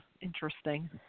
interesting